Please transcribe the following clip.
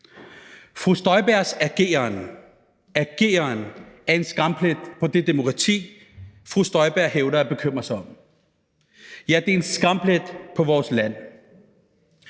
Fru Støjbergs ageren – ageren – er en skamplet på det demokrati, fru Støjberg hævder at bekymre sig om. Ja, det er en skamplet på vores land.